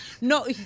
no